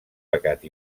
pecat